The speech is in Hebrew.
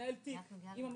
קרן הראל, מנכ"לית